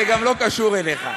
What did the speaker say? זה גם לא קשור אליך.